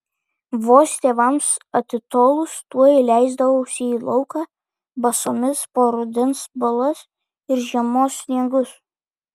vos tėvams atitolus tuoj leisdavausi į lauką basomis po rudens balas ir žiemos sniegus